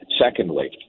Secondly